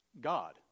God